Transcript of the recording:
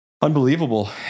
unbelievable